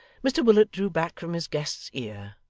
mr willet drew back from his guest's ear,